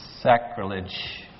sacrilege